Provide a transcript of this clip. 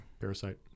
Parasite